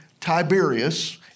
Tiberius